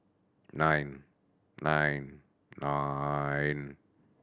nine nine nine